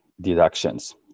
deductions